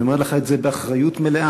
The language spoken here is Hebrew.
אני אומר לך את זה באחריות מלאה,